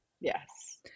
Yes